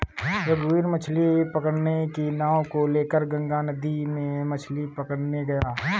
रघुवीर मछ्ली पकड़ने की नाव को लेकर गंगा नदी में मछ्ली पकड़ने गया